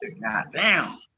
Goddamn